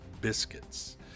biscuits